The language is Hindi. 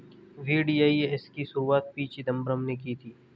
वी.डी.आई.एस की शुरुआत पी चिदंबरम ने की थी